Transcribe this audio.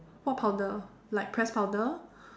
what powder like press powder